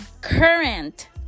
current